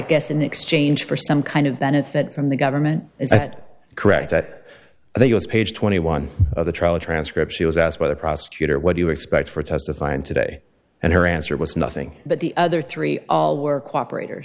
guess in exchange for some kind of benefit from the government is that correct that the u s page twenty one of the trial transcript she was asked by the prosecutor what you expect for testifying today and her answer was nothing but the other three all were cooperate